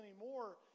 anymore